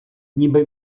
ніби